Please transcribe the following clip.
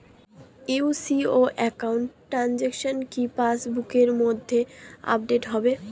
UCO account transaction কি পাস বুকের মধ্যে আপডেট হবে?